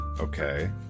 Okay